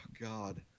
God